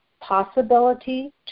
Possibility